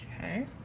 Okay